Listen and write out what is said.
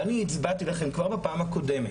אבל אני הסברתי לכם כבר בפעם הקודמת,